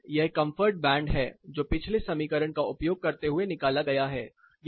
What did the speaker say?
इसी तरह यह कंफर्ट बैंड है जो पिछले समीकरण का उपयोग करते हुए निकाला गया है